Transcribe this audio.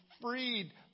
freed